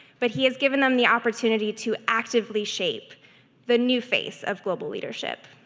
but he has given them the opportunity to actively shape the new face of global leadership.